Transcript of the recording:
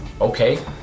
Okay